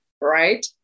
right